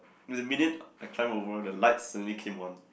the minute I climb over the lights suddenly came on